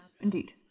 Indeed